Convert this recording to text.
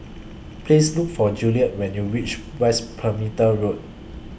Please Look For Juliet when YOU REACH West Perimeter Road